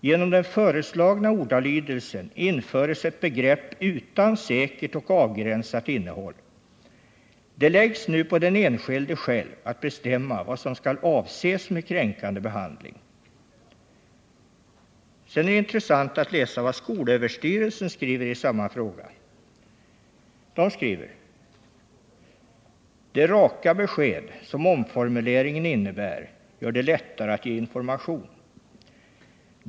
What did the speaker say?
Genom den föreslagna ordalydelsen införes ett begrepp utan säkert och avgränsat innehåll. Det läggs nu på den enskilde själv att bestämma vad som skall avses med kränkande behandling.” Det är intressant att läsa vad skolöverstyrelsen skriver i samma fråga: ”Det raka besked som omformuleringen innebär gör det lättare att ge information till allmänhet, barn, ungdomar och föräldrar.